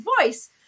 voice